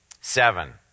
Seven